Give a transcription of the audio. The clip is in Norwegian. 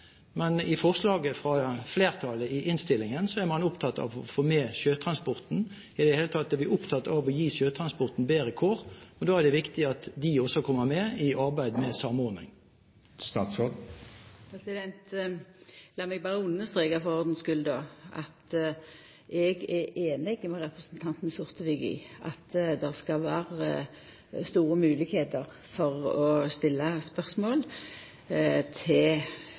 men i forslaget fra flertallet i innstillingen er man opptatt av å få med sjøtransporten. I det hele tatt er vi opptatt av å gi sjøtransporten bedre kår. Da er det viktig at den også kommer med i arbeidet om en samordning. Lat meg understreka for ordens skuld at eg er einig med representanten Sortevik i at det skal vera store moglegheiter for å stilla spørsmål til